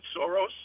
Soros